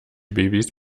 babys